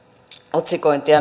otsikointia